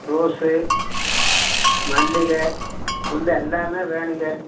rose மல்லிகை முல்லை எல்லாமே வேணுங்க